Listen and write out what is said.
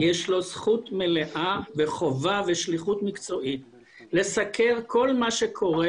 יש לו זכות מלאה וחובה ושליחות מקצועית לסקר כל מה שקורה.